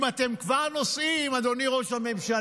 אם הם כבר נוסעים, אדוני ראש הממשלה,